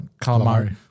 calamari